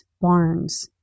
barns